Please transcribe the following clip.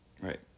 Right